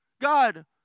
God